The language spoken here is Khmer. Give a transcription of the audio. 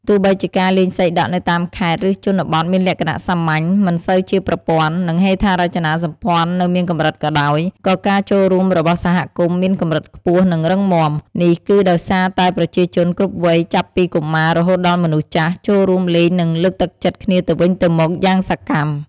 ទោះបីជាការលេងសីដក់នៅតាមខេត្ត ឬជនបទមានលក្ខណៈសាមញ្ញ មិនសូវជាប្រព័ន្ធ និងហេដ្ឋារចនាសម្ព័ន្ធនៅមានកម្រិតក៏ដោយ ក៏ការចូលរួមរបស់សហគមន៍មានកម្រិតខ្ពស់ និងរឹងមាំ។ នេះគឺដោយសារតែប្រជាជនគ្រប់វ័យ ចាប់ពីកុមារ រហូតដល់មនុស្សចាស់ ចូលរួមលេងនិងលើកទឹកចិត្តគ្នាទៅវិញទៅមកយ៉ាងសកម្ម។